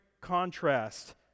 contrast